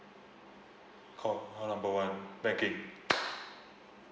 call uh number one banking